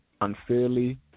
unfairly